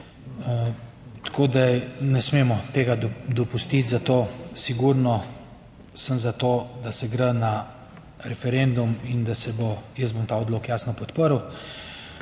Tako, da ne smemo tega dopustiti, zato sigurno sem za to, da se gre na referendum in da se bo, jaz bom ta odlok jasno podprl,